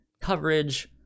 coverage